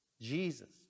Jesus